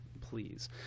please